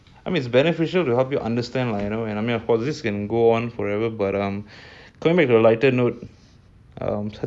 I mean it's beneficial to help you understand like you know an army of policies can go on forever but I'm going back to the lighter note